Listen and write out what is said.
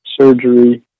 surgery